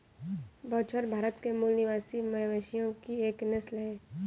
बछौर भारत के मूल निवासी मवेशियों की एक नस्ल है